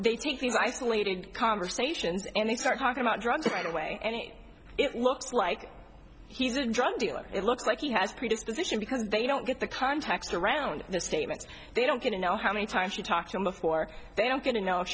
they take these isolated conversations and they start talking about drugs right away anything it looks like he's a drug dealer it looks like he has a predisposition because they don't get the context around their statements they don't get to know how many times he talked to him before they don't get in ou